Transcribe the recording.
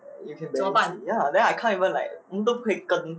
you can barely see~ ya then I can't even like 你都不可以跟